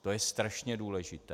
To je strašně důležité.